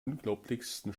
unglaublichsten